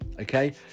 Okay